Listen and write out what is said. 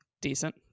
Decent